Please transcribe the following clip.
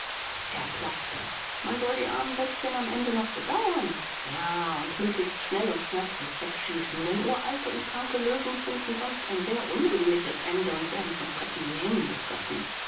erb lachte man soll die armen bestien am ende noch bedauern ja und möglichst schnell und schmerzlos wegschießen denn uralte und kranke löwen finden sonst ein sehr unrühmliches ende und werden von frechen hyänen gefressen